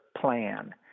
plan